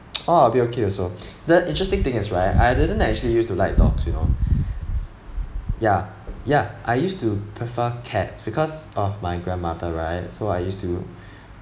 ah I'll be okay also the interesting thing is right I didn't actually use to like dog you know ya ya I used to prefer cats because of my grandmother right so I used to